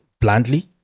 bluntly